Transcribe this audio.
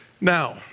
Now